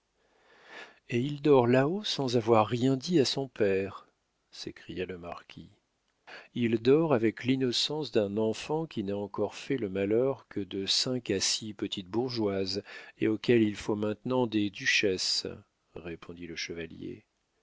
et il dort là-haut sans avoir rien dit à son père s'écria le marquis il dort avec l'innocence d'un enfant qui n'a encore fait le malheur que de cinq à six petites bourgeoises et auquel il faut maintenant des duchesses répondit le chevalier